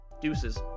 Deuces